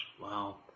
Wow